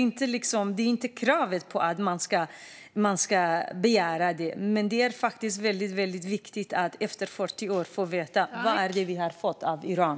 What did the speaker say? Det är inte frågan om att begära det. Men det är väldigt viktigt att efter 40 år få veta vad vi har fått av Iran.